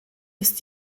ist